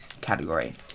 category